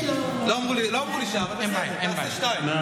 אני לא, לא אמרו לי שעה, אבל בסדר, תעשה שתיים.